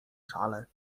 szale